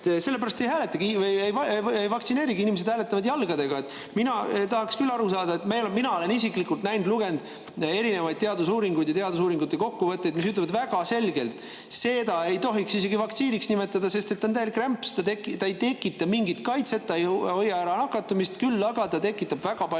Sellepärast ei hääletagi inimene, ei vaktsineeri – inimesed hääletavad jalgadega. Mina tahaksin küll [asjast] aru saada. Mina olen isiklikult lugenud erinevaid teadusuuringuid ja teadusuuringute kokkuvõtteid, mis ütlevad väga selgelt, et seda ei tohiks isegi vaktsiiniks nimetada, sest et see on täielik rämps. Ta ei tekita mingit kaitset, ta ei hoia ära nakatumist, küll aga tekitab väga paljudel